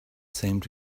seemed